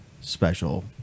special